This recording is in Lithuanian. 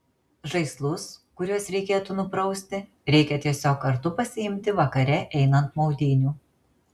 žaislus kuriuos reikėtų nuprausti reikia tiesiog kartu pasiimti vakare einant maudynių